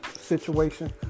situation